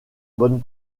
bonne